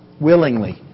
willingly